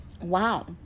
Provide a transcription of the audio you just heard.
wow